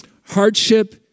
Hardship